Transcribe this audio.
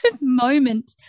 moment